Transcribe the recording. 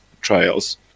trials